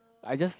I just